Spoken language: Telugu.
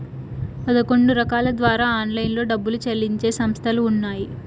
పదకొండు రకాల ద్వారా ఆన్లైన్లో డబ్బులు చెల్లించే సంస్థలు ఉన్నాయి